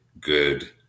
good